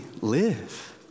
live